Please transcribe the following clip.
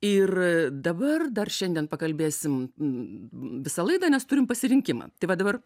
ir dabar dar šiandien pakalbėsim visą laidą nes turim pasirinkimą tai va dabar